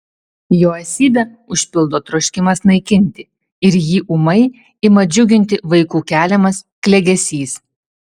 jo esybę užpildo troškimas naikinti ir jį ūmai ima džiuginti vaikų keliamas klegesys